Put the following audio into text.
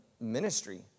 ministry